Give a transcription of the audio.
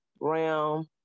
realm